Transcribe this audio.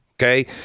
okay